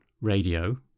radio